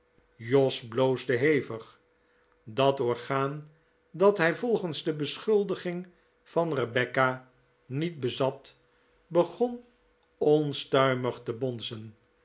jos bloosde hevig dat orgaan dat hij volgens de beschuldiging van rebecca niet bezat begon onstuimig te bonzen